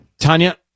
Tanya